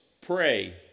pray